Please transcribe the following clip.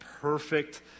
perfect